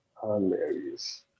Hilarious